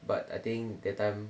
but I think that time